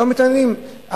לא מתעניינים.